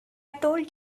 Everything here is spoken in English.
told